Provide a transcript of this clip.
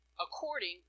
according